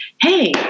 hey